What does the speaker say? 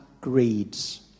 greeds